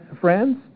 friends